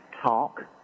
talk